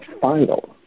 final